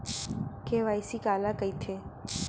KYC काला कइथे?